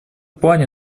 плане